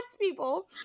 people